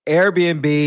Airbnb